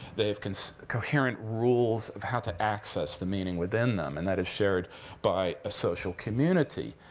they have coherent rules of how to access the meaning within them. and that is shared by a social community.